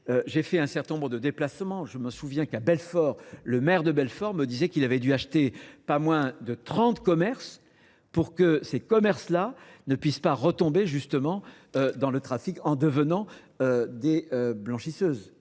J'ai fait un certain nombre de déplacements. Je me souviens qu'à Belfort, le maire de Belfort me disait qu'il avait dû acheter pas moins de 30 commerces pour que ces commerces-là ne puissent pas retomber justement dans le trafic en devenant des blanchisseuses.